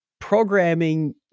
programming